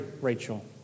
Rachel